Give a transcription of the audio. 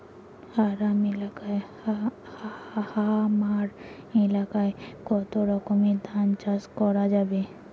হামার এলাকায় কতো রকমের ধান চাষ করা যাবে?